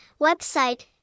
website